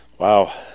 Wow